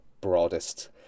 broadest